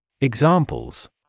Examples